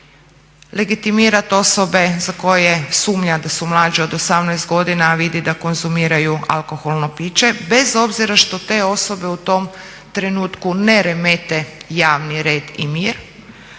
legitimirat osobe za koje sumnja da su mlađe od 18 godina a vidi da konzumiraju alkoholno piće bez obzira što te osobe u tom trenutku ne remete javni red i mir,